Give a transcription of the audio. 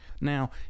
Now